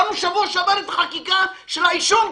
העברנו בשבוע שעבר את החקיקה של העישון,